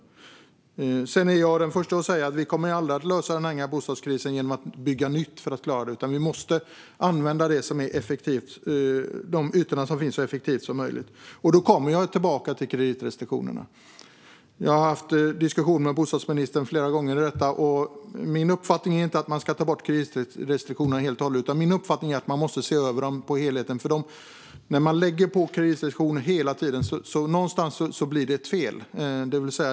Jag är den förste att säga att vi aldrig kommer att lösa bostadskrisen genom att bygga nytt, utan vi måste använda de ytor som finns så effektivt som möjligt. Då kommer jag tillbaka till kreditrestriktionerna. Jag har haft diskussioner med bostadsministern flera gånger om detta. Min uppfattning är inte att man ska ta bort kreditrestriktionerna helt och hållet, utan man måste se över dem och titta på helheten, för när man lägger på kreditrestriktioner hela tiden blir det fel någonstans.